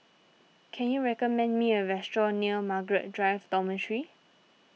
can you recommend me a restaurant near Margaret Drive Dormitory